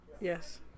Yes